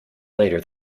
later